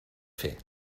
fer